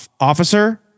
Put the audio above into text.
officer